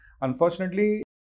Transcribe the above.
unfortunately